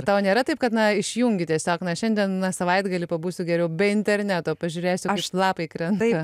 tau nėra taip kad naišjungi tiesiog šiandien savaitgalį pabūsiu geriau be interneto pažiūrėsiu aš labai krenta